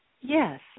yes